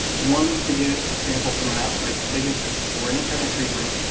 one to get a sample from an outside spigot that's before any kind of treatment.